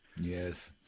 Yes